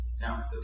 Now